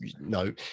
no